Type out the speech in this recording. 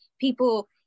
people